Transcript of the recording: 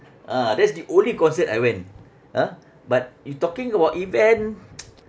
ah that's the only concert I went ah but if talking about event